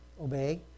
obey